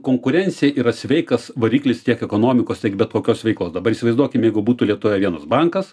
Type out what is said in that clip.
konkurencija yra sveikas variklis tiek ekonomikos tiek bet kokios veiklos dabar įsivaizduokim jeigu būtų lietuvoje vienas bankas